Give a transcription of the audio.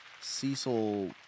Cecil